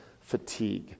fatigue